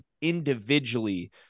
individually